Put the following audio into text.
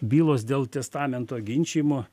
bylos dėl testamento ginčijimo